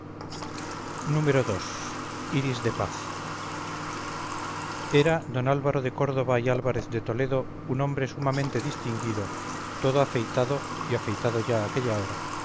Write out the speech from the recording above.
hora ii iris de paz era d álvaro de córdoba y álvarez de toledo un hombre sumamente distinguido todo afeitado y afeitado ya a aquella hora